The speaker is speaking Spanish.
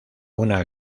una